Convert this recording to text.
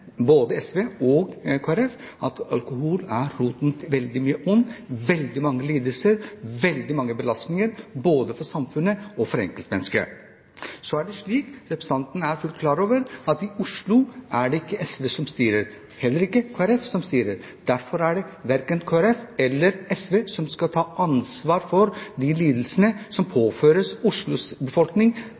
både SV og Kristelig Folkeparti, at alkohol er roten til veldig mye vondt, veldig mange lidelser og veldig mange belastninger både for samfunnet og for enkeltmennesker. Så er det slik, som representanten Ropstad er fullt klar over, at i Oslo er det ikke SV, og heller ikke Kristelig Folkeparti, som styrer. Derfor er det verken Kristelig Folkeparti eller SV som skal ta ansvaret for de lidelsene som påføres Oslos befolkning